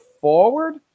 forward